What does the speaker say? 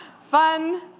fun